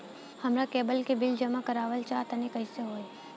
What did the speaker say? हमरा केबल के बिल जमा करावल चहा तनि कइसे होई?